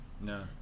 No